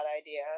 idea